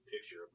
picture